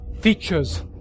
features